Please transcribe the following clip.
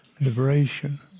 liberation